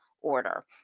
order